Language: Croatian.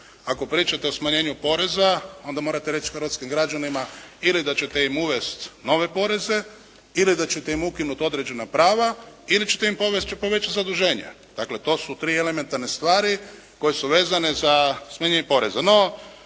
Ako pričate o smanjenju poreza onda morate reći hrvatskim građanima ili da ćete im uvesti nove poreze ili da ćete im ukinuti određena prava ili ćete im povećati zaduženja. Dakle to su tri elementarne stvari koje su vezane za smanjenje poreza.